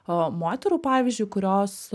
o moterų pavyzdžiui kurios